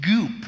goop